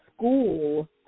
School